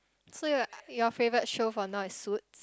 so your your favourite show for now is Suit